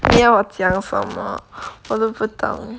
你要我讲什么我都不懂